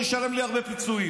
והוא עוד ישלם לי הרבה פיצויים.